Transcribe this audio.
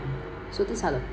so these are the